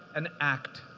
and act.